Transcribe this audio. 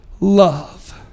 love